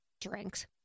drinks